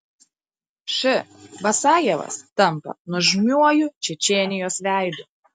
š basajevas tampa nuožmiuoju čečėnijos veidu